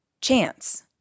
chance